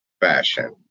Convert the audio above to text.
fashion